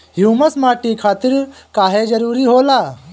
Humus माटी खातिर काहे जरूरी होला?